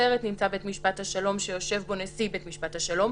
בנצרת נמצא בית משפט השלום שיושב בו נשיא בית משפט השלום,